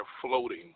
floating